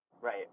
Right